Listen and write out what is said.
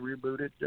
Rebooted